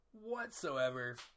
whatsoever